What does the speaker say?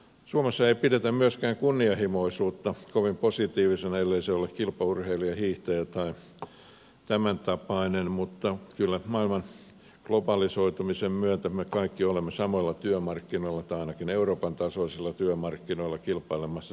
suomessa ei pidetä myöskään kunnianhimoisuutta kovin positiivisena asiana ellei ole kilpaurheilija hiihtäjä tai tämäntapainen mutta kyllä maailman globalisoitumisen myötä me kaikki olemme samoilla työmarkkinoilla tai ainakin euroopan tasoisilla työmarkkinoilla kilpailemassa samoista työtehtävistä